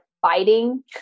fighting